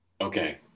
Okay